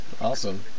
Awesome